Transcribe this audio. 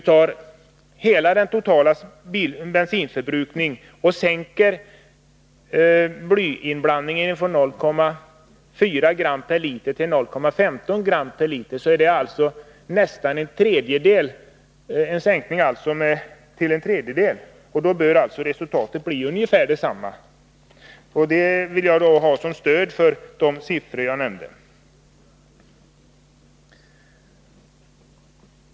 Tar man den totala bensinförbrukningen och sänker blyinblandningen från 0,4 g l, blir det en sänkning till nästan en tredjedel, och då bör resultatet bli ungefär detsamma. Detta vill jag betrakta som ett stöd för de siffror som jag nämnde.